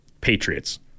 Patriots